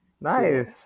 Nice